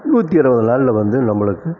நூற்றி இருபது நாளில் வந்து நம்மளுக்கு